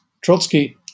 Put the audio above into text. Trotsky